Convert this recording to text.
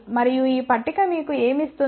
మరియు ఈ పట్టిక మీకు ఏమి ఇస్తుంది